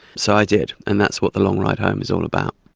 so i did, and that's what the long ride home is all about.